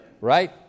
right